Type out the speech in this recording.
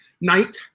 night